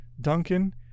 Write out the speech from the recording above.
Duncan